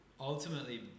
ultimately